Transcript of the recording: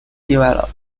developed